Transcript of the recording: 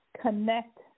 Connect